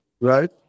Right